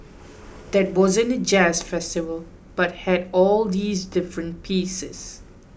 that wasn't a jazz festival but had all these different pieces